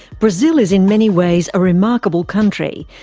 brazil is in many ways a remarkable country.